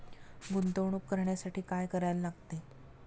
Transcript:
गुंतवणूक करण्यासाठी काय करायला लागते?